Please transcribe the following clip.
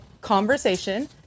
conversation